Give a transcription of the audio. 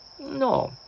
No